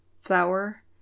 flour